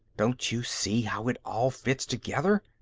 don't you see how it all fits together?